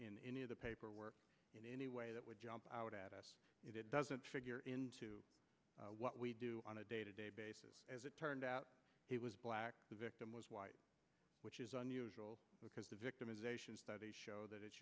in the paperwork in any way that would jump out at us it doesn't figure into what we do on a day to day basis as it turned out he was black the victim was white which is unusual because the victimization studies show that